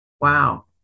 Wow